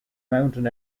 mountain